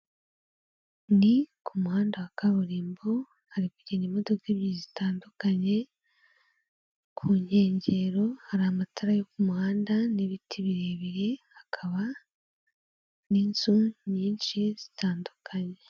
Ni ku muhanda wa kaburimbo, hari kugenda imodoka ebyiri zitandukanye, ku nkengero hari amatara yo ku muhanda n'ibiti birebire, hakaba n'inzu nyinshi zitandukanye.